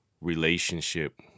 relationship